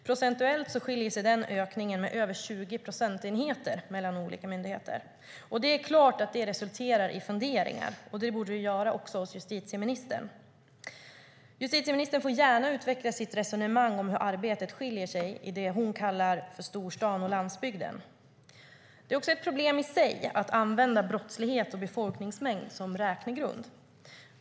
Procentuellt skiljer sig denna ökning med över 20 procentenheter mellan olika myndigheter. Det är klart att det resulterar i funderingar. Det borde det göra också hos justitieministern. Justitieministern får gärna utveckla sitt resonemang om hur arbetet skiljer sig åt i det som hon kallar storstaden och i landsbygden. Det är också ett problem i sig att använda brottslighet och befolkningsmängd som räknegrund.